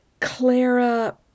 Clara